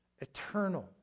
eternal